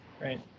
right